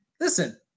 listen